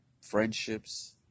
Friendships